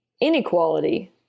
inequality